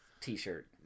T-shirt